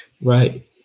Right